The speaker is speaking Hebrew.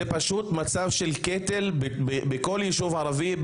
זה פשוט מצב של קטל בכל יישוב ערבי,